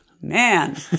Man